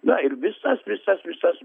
na ir visas visas visas